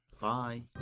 bye